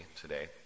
today